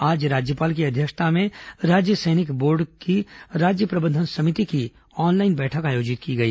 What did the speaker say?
आज राज्यपाल की अध्यक्षता में राज्य सैनिक बोर्ड की राज्य प्रबंधन समिति की ऑनलाइन बैठक आयोजित की गई